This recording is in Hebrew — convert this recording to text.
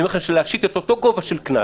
להשית אותו גובה של קנס